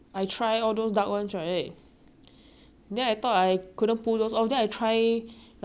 then I thought I couldn't pull those off then I try like the brighter colours then it's like eh 不错 hor